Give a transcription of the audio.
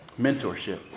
Mentorship